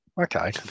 Okay